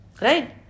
right